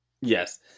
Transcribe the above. Yes